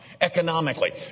economically